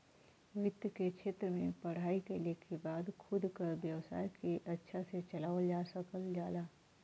वित्त के क्षेत्र में पढ़ाई कइले के बाद खुद क व्यवसाय के अच्छा से चलावल जा सकल जाला